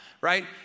right